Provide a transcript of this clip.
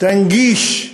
תנגיש,